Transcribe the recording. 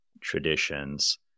traditions